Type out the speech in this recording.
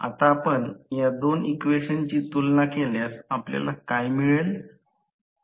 आता आपण या दोन इक्वेशनची तुलना केल्यास आपल्याला काय मिळेल